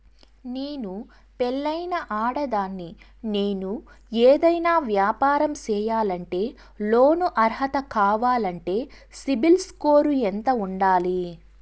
నేను పెళ్ళైన ఆడదాన్ని, నేను ఏదైనా వ్యాపారం సేయాలంటే లోను అర్హత కావాలంటే సిబిల్ స్కోరు ఎంత ఉండాలి?